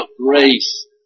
grace